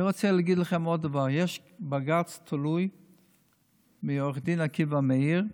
אני רוצה להגיד לכם עוד דבר: יש בג"ץ תלוי של עו"ד עקיבא מאיר,